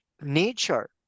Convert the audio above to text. nature